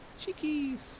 cheekies